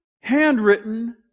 handwritten